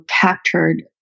captured